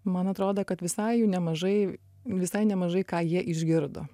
man atrodo kad visai jų nemažai visai nemažai ką jie išgirdo